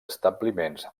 establiments